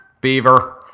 Beaver